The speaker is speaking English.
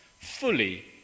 fully